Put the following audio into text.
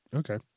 okay